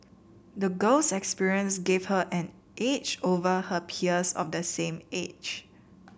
the girl's experience gave her an edge over her peers of the same age